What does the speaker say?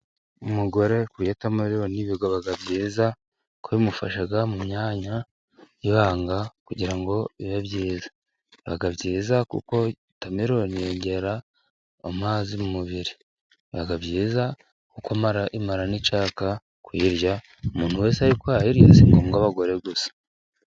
Umugore kurya wotameloni biba byiza kuko bimufasha mu myanya y' ibanga, kugira ngo bibe byiza, biba byiza kuko wotameloni yongera amazi mu mubiri, biba byiza kuko imara n' icyaka, kuyirya umuntu wese ariko yayirya si ngombwa abagore gusa.